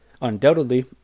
Undoubtedly